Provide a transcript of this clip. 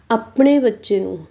ਆਪਣੇ ਬੱਚੇ ਨੂੰ